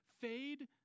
fade